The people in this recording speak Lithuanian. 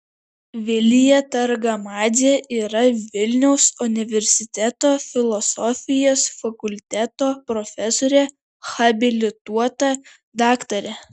vilija targamadzė yra vilniaus universiteto filosofijos fakulteto profesorė habilituota daktarė